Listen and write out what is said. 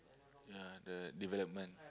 ya the development